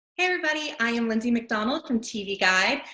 hey, everybody. i am lindsay macdonald from tv guide.